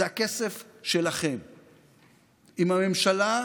אם ידרשו